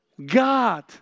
God